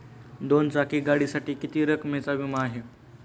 दोन चाकी गाडीसाठी किती रकमेचा विमा आहे?